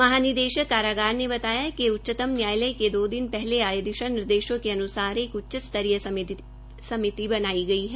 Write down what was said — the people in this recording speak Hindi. महानिदेशक कारागार ने बताया कि सर्वोच्च न्यायालय के दो दिन पहले आए दिशानिर्देशों के अन्सार एक उच्च स्तरीय समिति बनाई गई है